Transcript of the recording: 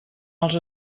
els